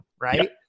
right